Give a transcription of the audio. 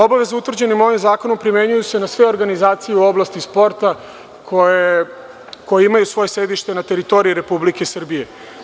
Obaveze utvrđene ovim zakonom primenjuju se na sve organizacije u oblasti sporta koje imaju svoje sedište na teritoriji Republike Srbije.